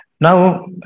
Now